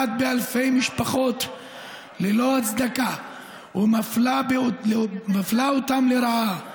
באלפי משפחות ללא הצדקה ומפלה אותן לרעה.